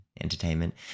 entertainment